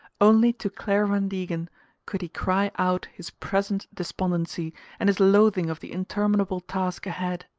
only to clare van degen could he cry out his present despondency and his loathing of the interminable task ahead.